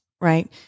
Right